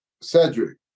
Cedric